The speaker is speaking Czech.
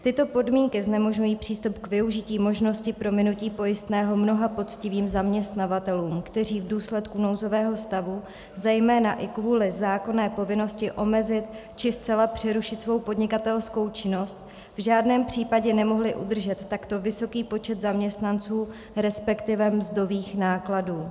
Tyto podmínky znemožňují přístup k využití možnosti prominutí pojistného mnoha poctivým zaměstnavatelům, kteří v důsledku nouzového stavu, zejména i kvůli zákonné povinnosti omezit či zcela přerušit svou podnikatelskou činnost, v žádném případě nemohli udržet takto vysoký počet zaměstnanců, resp. mzdových nákladů.